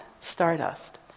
stardust